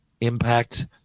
impact